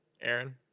aaron